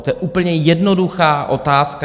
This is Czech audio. To je úplně jednoduchá otázka.